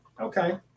okay